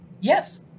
Yes